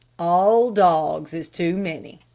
all dogs is too many,